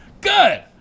Good